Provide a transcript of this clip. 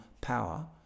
power